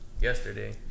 yesterday